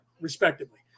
respectively